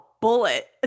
bullet